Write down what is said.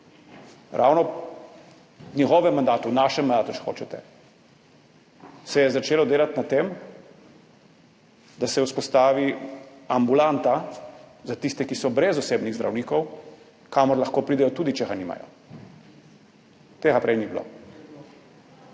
Ravno v njegovem mandatu, našem mandatu, če hočete, se je začelo delati na tem, da se vzpostavi ambulanta za tiste, ki so brez osebnih zdravnikov, kamor lahko pridejo, tudi če ga nimajo. Tega prej ni bilo.